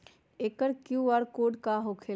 एकर QR code का होकेला?